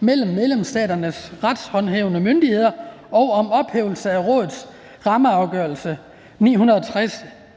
mellem medlemsstaternes retshåndhævende myndigheder og om ophævelse af Rådets rammeafgørelse